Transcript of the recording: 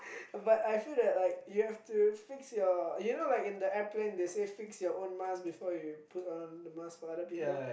but I feel that like you have to fix your you know like in the airplane they say fix your own mask before you put on the mask for other people